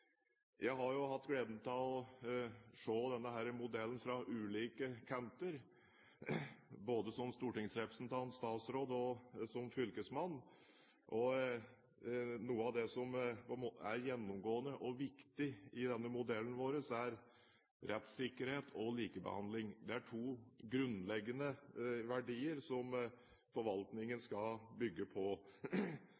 Jeg har jo hatt gleden av å se denne modellen fra ulike kanter, både som stortingsrepresentant, statsråd og fylkesmann, og noe av det som er gjennomgående og viktig i denne modellen vår, er rettssikkerhet og likebehandling. Det er to grunnleggende verdier som forvaltningen